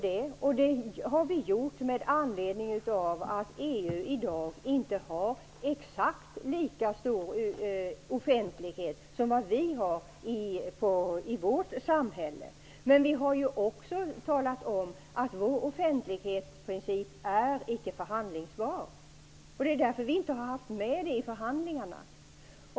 Det har vi gjort eftersom EU i dag inte har exakt lika stor offentlighet som vi har i vårt samhälle. Vi har också talat om att vår offentlighetsprincip icke är förhandlingsbar. Därför har vi inte haft med det i förhandlingarna.